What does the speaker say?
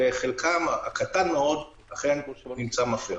וחלקם הקטן מאוד נמצא מפר.